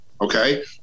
Okay